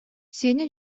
сеня